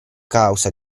causa